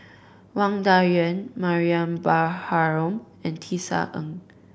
Wang Dayuan Mariam Baharom and Tisa Ng